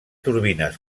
turbines